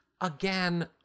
Again